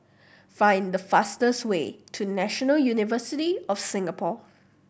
find the fastest way to National University of Singapore